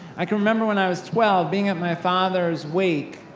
i can remember when i was twelve, being at my father's wake,